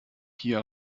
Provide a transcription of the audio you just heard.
hier